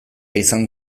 izan